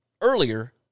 earlier